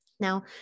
Now